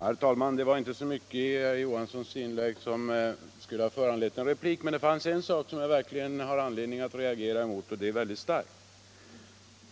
Herr talman! Det var inte mycket i herr Johanssons i Holmgården inlägg som skulle ha föranlett replik, men det var en sak som jag verkligen har anledning att reagera mot och det väldigt starkt.